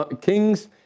Kings